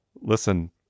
listen